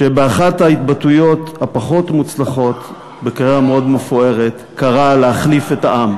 שבאחת ההתבטאויות הפחות-מוצלחות בקריירה מאוד מפוארת קרא להחליף את העם.